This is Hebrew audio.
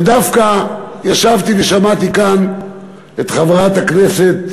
ודווקא ישבתי ושמעתי כאן את חברת הכנסת